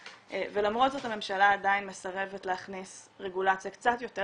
ולמרות זאת הממשלה עדיין מסרבת להכניס רגולציה קצת יותר